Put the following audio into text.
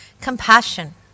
Compassion